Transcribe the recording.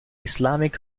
islamic